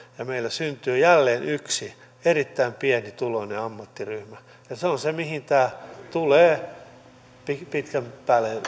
ja meille syntyy jälleen yksi erittäin pienituloinen ammattiryhmä se on se mihin tämä tulee pitkän päälle